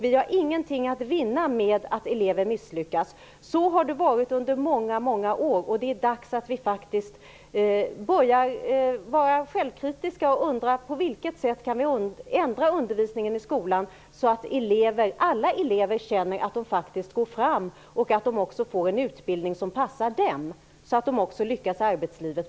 Vi har ingenting att vinna på att elever misslyckas. Så har det varit i många år. Nu är det dags att börja vara självkritisk och ställa frågan: På vilket sätt kan vi ändra undervisningen i skolan, så att alla elever känner att de faktiskt går framåt och att de får en utbildning som passar dem och så att de på sikt lyckas i arbetslivet.